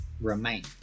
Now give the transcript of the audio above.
remain